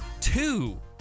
two